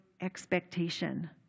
expectation